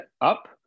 up